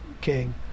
king